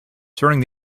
turning